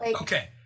Okay